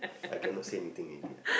I cannot say anything already lah